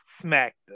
smacked